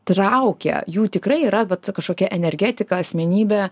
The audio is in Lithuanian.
traukia jų tikrai yra vat ta kažkokia energetika asmenybė